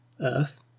Earth